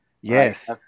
Yes